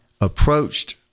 approached